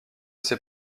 ses